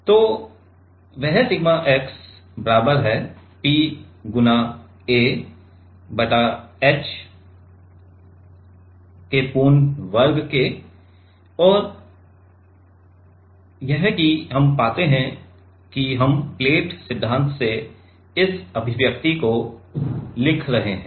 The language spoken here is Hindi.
तो वह सिग्मा x बराबर है P गुणा a बटा h का पूरा वर्ग और यह कि हम पाते हैं कि हम प्लेट सिद्धांत से इस अभिव्यक्ति को लिख रहे हैं